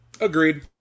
Agreed